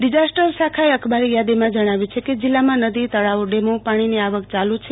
disaster શાખાએ અખબારી યાદીમાં જણાવ્યું છે કે જિલ્લામાં નદી તળાવો ડેમોમાં પાણીની આવક ચાલુ છે